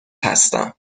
هستم